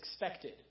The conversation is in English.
expected